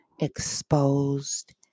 exposed